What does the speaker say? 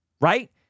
Right